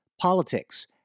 Politics